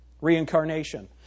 Reincarnation